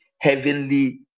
heavenly